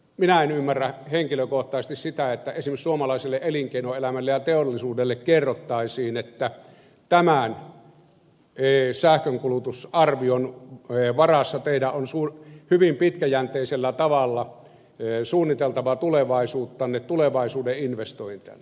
minä en ymmärrä henkilökohtaisesti sitä että esimerkiksi suomalaiselle elinkeinoelämälle ja teollisuudelle kerrottaisiin että tämän sähkönkulutusarvion varassa teidän on hyvin pitkäjänteisellä tavalla suunniteltava tulevaisuuttanne tulevaisuuden investointejanne